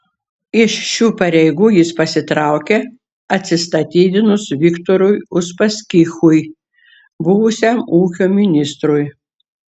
iš šių pareigų jis pasitraukė atsistatydinus viktorui uspaskichui buvusiam ūkio ministrui